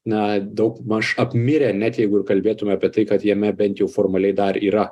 na daugmaž apmirę net jeigu ir kalbėtume apie tai kad jame bent jau formaliai dar yra